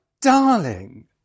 darling